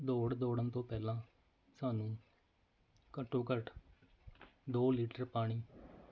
ਦੌੜ ਦੌੜਨ ਤੋਂ ਪਹਿਲਾਂ ਸਾਨੂੰ ਘੱਟੋ ਘੱਟ ਦੋ ਲੀਟਰ ਪਾਣੀ